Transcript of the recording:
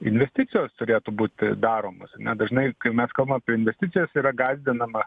investicijos turėtų būti daromos ane dažnai kai mes kalbam apie investicijas yra gąsdinama